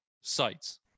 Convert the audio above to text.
sites